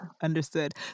understood